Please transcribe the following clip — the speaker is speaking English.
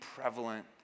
prevalent